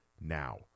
now